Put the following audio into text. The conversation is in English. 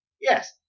Yes